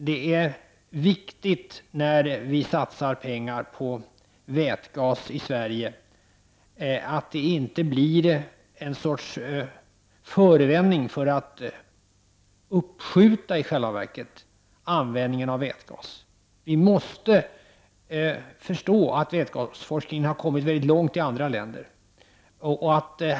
Det är viktigt när vi satsar pengar på vätgas i Sverige, att det inte blir en sorts förevändning för att i själva verket uppskjuta användningen av vätgas. Vi måste förstå att vätgasforskningen har kommit väldigt långt i andra länder.